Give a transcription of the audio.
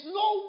no